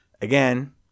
again